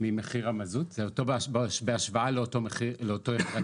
ממחיר המזוט בהשוואה לאותה יחידת